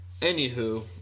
Anywho